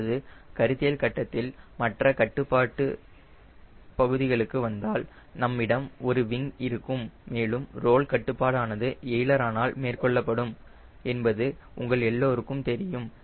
இப்பொழுது கருத்தியல் கட்டத்தில் மற்ற கட்டுப்பாட்டு பகுதிகளுக்கு வந்தால் நம்மிடம் ஒரு விங் இருக்கும் மேலும் ரோல் கட்டுப்பாடானது எய்லரானால் மேற்கொள்ளப்படும் என்பது உங்கள் எல்லோருக்கும் தெரியும்